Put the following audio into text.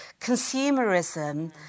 consumerism